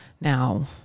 Now